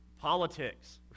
politics